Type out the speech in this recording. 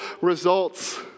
results